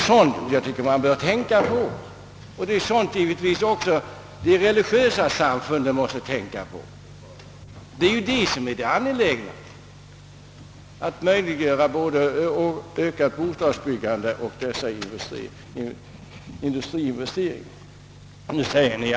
Sådant bör man tänka på, och det bör även de religiösa samfunden göra. Det angelägna är att möjliggöra både ökat bostadsbyggande och industriinvesteringar.